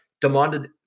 demanded